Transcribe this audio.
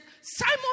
Simon